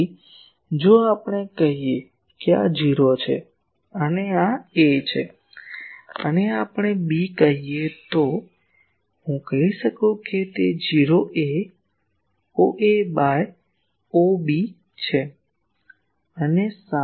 તેથી જો આપણે કહીએ કે આ O છે અને આ A છે અને આ આપણે B કહીએ તો હું કહી શકું કે તે OA ભાગ્યા OB છે